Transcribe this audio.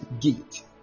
gate